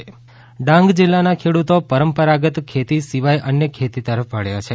ડાંગ ખેતી ડાંગ જિલ્લાના ખેડૂતો પરંપરાગત ખેતી સિવાય અન્ય ખેતી તરફ વળ્યા છે